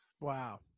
wow